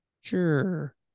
Sure